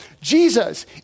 Jesus